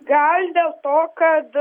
gal dėl to kad